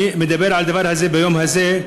לכן אני מדבר על הדבר הזה ביום הזה,